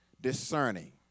Discerning